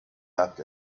left